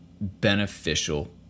beneficial